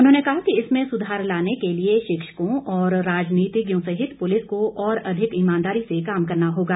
उन्होंने कहा कि इसमें सुधार लाने के लिए शिक्षकों और राजनीतिज्ञों सहित पुलिस को और अधिक ईमानदारी से काम करना होगा